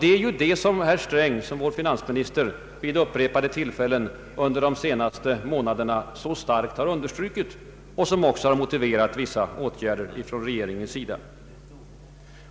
Det är ju vad finansministern vid upprepade tillfällen under de senaste månaderna starkt har understrukit och som också nu motiverat vissa kraftåtgärder från regeringens sida.